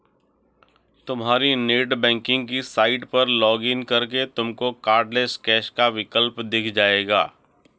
तुम्हारी नेटबैंकिंग की साइट पर लॉग इन करके तुमको कार्डलैस कैश का विकल्प दिख जाएगा